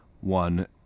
One